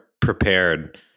prepared